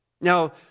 Now